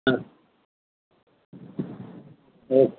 ആ ഓ